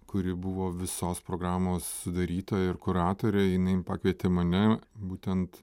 kuri buvo visos programos sudarytoja ir kuratorė jinai pakvietė mane būtent